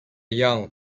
young